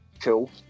cool